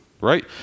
right